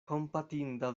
kompatinda